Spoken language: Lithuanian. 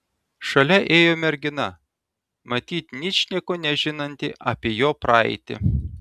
šalia ėjo mergina matyt ničnieko nežinanti apie jo praeitį